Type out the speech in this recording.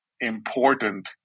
important